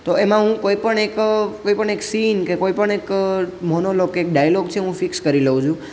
તો એમાં હું કોઈ પણ એક કોઈ પણ એક સીન કે કોઈ પણ એક મોનોલોગ કે ડાયલોગ છે હું ફિક્સ કરી લઉં છું